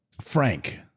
Frank